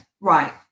Right